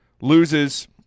loses